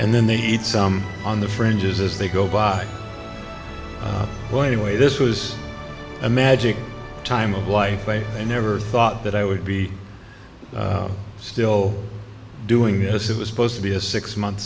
and then they eat some on the fringes as they go by one way this was a magic time of life i never thought that i would be still doing this it was supposed to be a six month